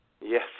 Yes